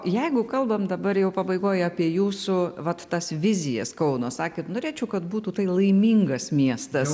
jeigu kalbam dabar jau pabaigoj apie jūsų vat tas vizijas kauno sakėt norėčiau kad būtų tai laimingas miestas